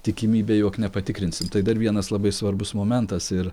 tikimybė jog nepatikrinsim tai dar vienas labai svarbus momentas ir